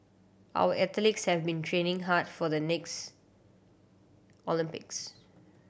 our athletes have been training hard for the next Olympics